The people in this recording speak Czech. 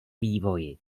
vývoji